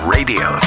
Radio